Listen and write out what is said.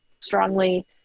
strongly